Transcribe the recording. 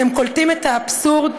אתם קולטים את האבסורד?